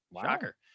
shocker